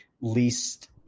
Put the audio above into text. least –